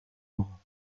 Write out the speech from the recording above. laurent